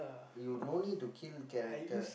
you no need to kill character